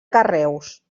carreus